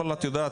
אבל את יודעת,